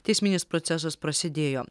teisminis procesas prasidėjo